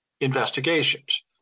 investigations